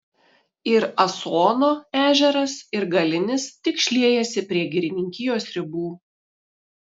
ir asono ežeras ir galinis tik šliejasi prie girininkijos ribų